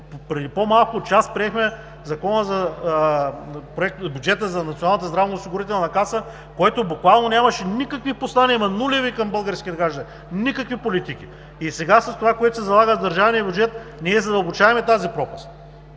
здравноосигурителна каса, който буквално нямаше никакви послания, ама нулеви към българските граждани. Никакви политики. И сега с това, което се залага в държавния бюджет, ние задълбочаваме тази пропаст.